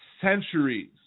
centuries